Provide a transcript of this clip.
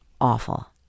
awful